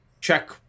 check